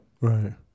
Right